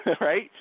right